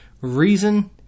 reason